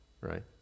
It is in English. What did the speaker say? right